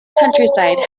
countryside